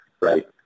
Right